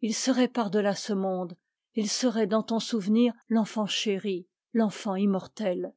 il serait par delà ce monde il serait dans ton souvenir l'enfant chéri l'enfant immortel